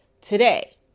today